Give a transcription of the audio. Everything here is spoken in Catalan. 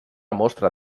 mostra